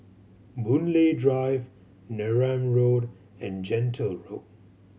Boon Lay Drive Neram Road and Gentle Road